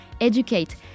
educate